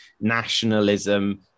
nationalism